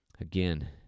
again